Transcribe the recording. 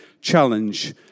challenge